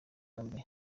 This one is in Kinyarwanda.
yombi